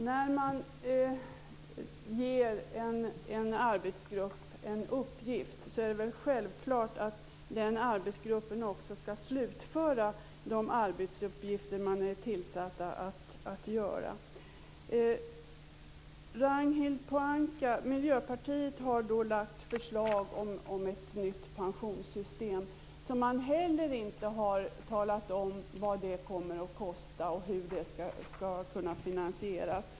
Fru talman! När en arbetsgrupp får en uppgift är det väl en självklarhet att den arbetsgruppen skall slutföra den arbetsuppgift som den är tillsatt för att utföra, Ragnhild Pohanka! Miljöpartiet har lagt fram förslag om ett nytt pensionssystem men man har inte talat om vad det kommer att kosta och hur det skall kunna finansieras.